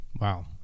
Wow